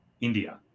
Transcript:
India